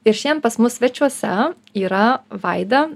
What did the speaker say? ir šiandien pas mus svečiuose yra vaida